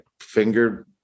finger